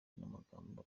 n’amagambo